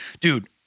Dude